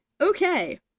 Okay